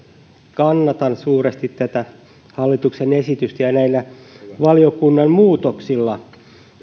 kannatan suuresti tätä hallituksen esitystä näillä valiokunnan muutoksilla